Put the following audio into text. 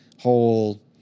whole